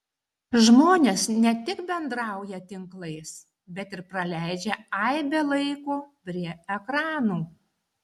žmonės ne tik bendrauja tinklais bet ir praleidžia aibę laiko prie ekranų